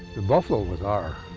the buffalo was our